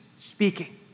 speaking